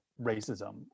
racism